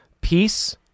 Peace